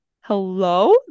hello